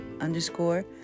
underscore